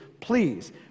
Please